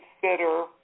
consider